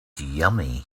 yummy